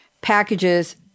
packages